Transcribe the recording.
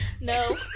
no